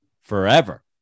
forever